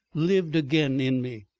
lived again in me.